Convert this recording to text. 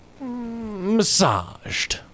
massaged